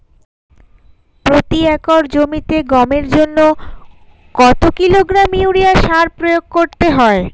প্রতি একর জমিতে গমের জন্য কত কিলোগ্রাম ইউরিয়া সার প্রয়োগ করতে হয়?